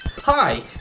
Hi